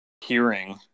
hearing